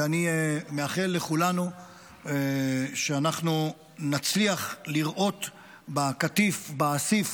ואני מאחל לכולנו שאנחנו נצליח לראות בקטיף, באסיף